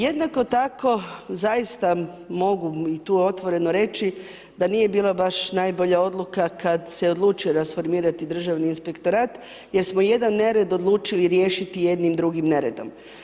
Jednako tako zaista mogu i to otvoreno reći da nije bilo baš najbolja odluka kad se odlučio rasformirati Državni inspektorat jer smo jedan nered odlučili riješiti jednim drugim neredom.